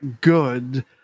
good